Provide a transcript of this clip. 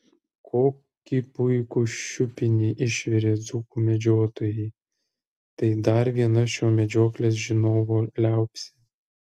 kokį puikų šiupinį išvirė dzūkų medžiotojai tai dar viena šio medžioklės žinovo liaupsė